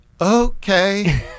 Okay